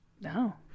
No